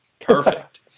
Perfect